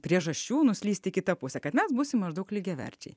priežasčių nuslysti į kitą pusę kad mes būsim maždaug lygiaverčiai